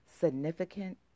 significant